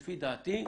לפי דעתו,